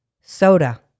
soda